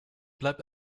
bleibt